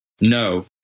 No